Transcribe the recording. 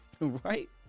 right